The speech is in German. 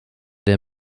der